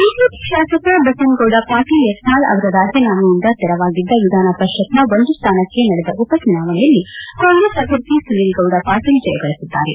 BJP ಶಾಸಕ ಬಸನಗೌಡ ಪಾಟೀಲ್ ಯತ್ನಾಳ್ ಅವರ ರಾಜೀನಾಮೆಯಿಂದ ತೆರವಾಗಿದ್ದ ವಿಧಾನ ಪರಿಷತ್ನ ಒಂದು ಸ್ವಾನಕ್ಷೆ ನಡೆದ ಉಪಚುನಾವಣೆಯಲ್ಲಿ ಕಾಂಗ್ರೆಸ್ ಅಭ್ವರ್ಥಿ ಸುನಿಲ್ ಗೌಡ ಪಾಟೀಲ್ ಜಯ ಗಳಿಸಿದ್ದಾರೆ